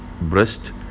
breast